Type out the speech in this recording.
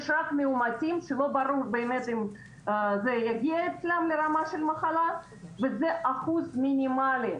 יש רק מאומתים שלא ברור אם זה יגיע אצלם לרמה של מחלה וזה אחוז מינימלי.